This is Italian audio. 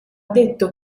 detto